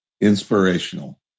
inspirational